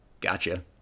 gotcha